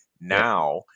now